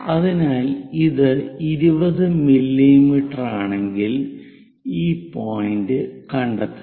അതിനാൽ ഇത് 20 മില്ലീമീറ്ററാണെങ്കിൽ ഈ പോയിന്റ് കണ്ടെത്തുക